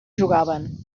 jugaven